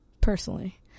personally